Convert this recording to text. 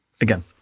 Again